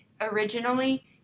originally